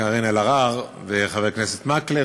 קארין אלהרר וחבר הכנסת מקלב,